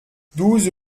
douze